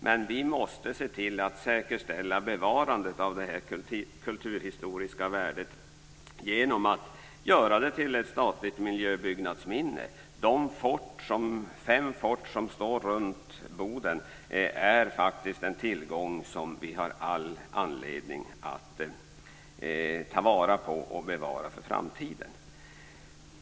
Men vi måste se till att säkerställa bevarandet av det kulturhistoriska värdet genom att göra Bodens fästning till ett statligt miljöbyggnadsminne. De fem fort som står runt omkring Boden är faktiskt en tillgång som vi har all anledning att ta vara på och bevara för framtiden.